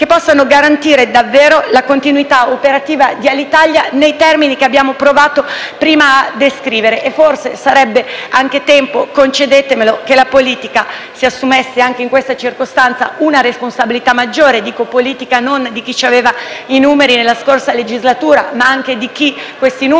che possano garantire davvero la continuità operativa di Alitalia nei termini che abbiamo provato prima a descrivere. Forse sarebbe tempo - concedetemelo - che la politica si assumesse, anche in questa circostanza, una responsabilità maggiore; intendo con politica non solo chi aveva i numeri nella scorsa legislatura, ma anche chi questi numeri